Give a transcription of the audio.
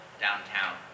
downtown